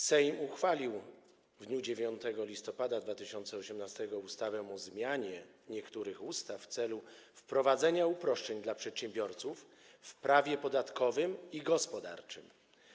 Sejm uchwalił w dniu 9 listopada 2018 r. ustawę o zmianie niektórych ustaw w celu wprowadzenia uproszczeń dla przedsiębiorców w prawie podatkowym i gospodarczym.